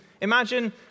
Imagine